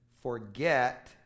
Forget